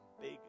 big